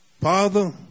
Father